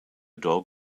dog